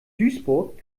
duisburg